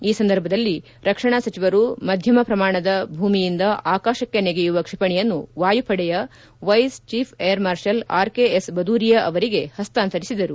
ಈ ಸಂದರ್ಭದಲ್ಲಿ ರಕ್ಷಣಾ ಸಚಿವರು ಮಧ್ಧಮ ಪ್ರಮಾಣದ ಭೂಮಿಯಿಂದ ಆಕಾಶಕ್ಕೆ ನೆಗೆಯುವ ಕ್ಷಿಪಣೆಯನ್ನು ವಾಯುಪಡೆಯ vice chief air marshal R K S Bhadauria ಅವರಿಗೆ ಹಸ್ತಾಂತರಿಸಿದರು